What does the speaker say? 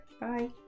Bye